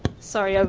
sorry. ah